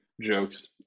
jokes